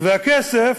והכסף,